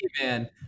man